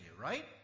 right